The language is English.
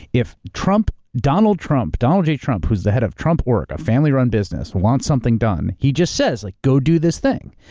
if donald trump, donald j. trump, who is the head of trump org, a family run business, wants something done, he just says like, go do this thing.